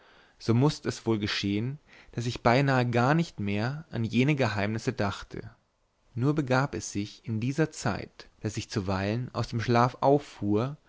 so mußt es wohl geschehen daß ich beinahe gar nicht mehr an jene geheimnisse dachte nur begab es sich in dieser zeit daß ich zuweilen aus dem schlaf auffuhr